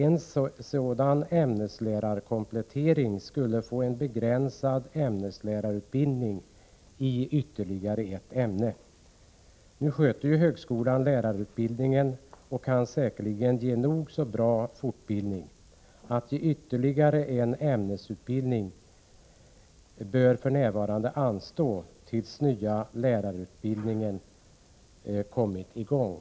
En sådan ämneslärarkomplettering skulle ge en begränsad ämneslärarutbildning i ytterligare ett ämne. Nu sköter ju högskolan lärarutbildningen och kan säkerligen ge nog så bra fortbildning. Att ge ämneslärarutbildning i ytterligare ett ämne bör för närvarande anstå tills den nya lärarutbildningen kommit i gång.